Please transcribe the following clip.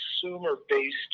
consumer-based